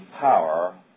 power